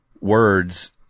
words